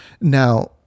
Now